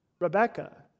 Rebecca